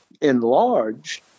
enlarged